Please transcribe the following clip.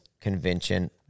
Convention